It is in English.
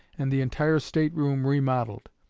and the entire state-room remodelled.